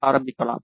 ஆரம்பிக்கலாம்